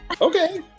Okay